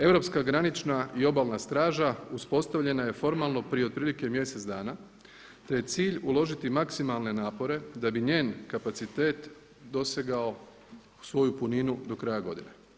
Europska granična i obalna straža uspostavljena je formalno prije otprilike mjesec dana te je cilj uložiti maksimalne napore da bi njen kapacitet dosegao svoju puninu do kraja godine.